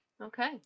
Okay